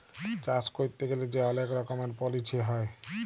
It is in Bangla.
চাষ ক্যইরতে গ্যালে যে অলেক রকমের পলিছি হ্যয়